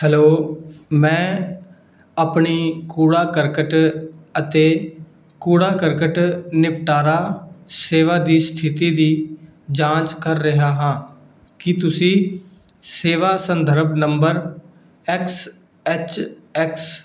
hello ਮੈਂ ਆਪਣੀ ਕੂੜਾ ਕਰਕਟ ਅਤੇ ਕੂੜਾ ਕਰਕਟ ਨਿਪਟਾਰਾ ਸੇਵਾ ਦੀ ਸਥਿਤੀ ਦੀ ਜਾਂਚ ਕਰ ਰਿਹਾ ਹਾਂ ਕੀ ਤੁਸੀਂ ਸੇਵਾ ਸੰਦਰਭ ਨੰਬਰ ਐਕਸ ਐਚ ਐਕਸ